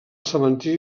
cementiri